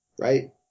right